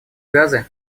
газы